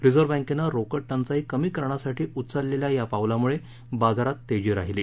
reserve बँकेनं रोकड टंचाई कमी करण्यासाठी उचललेल्या या पावलामुळे बाजारात तेजी राहिली